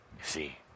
see